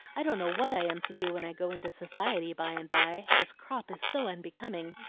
i don't know what i am to do when i go into society by-and-by. this crop is so unbecoming,